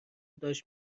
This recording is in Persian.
داشت